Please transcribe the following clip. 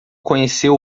conheceu